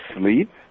sleep